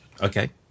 Okay